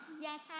Yes